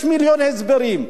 יש מיליוני הסברים.